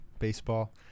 Baseball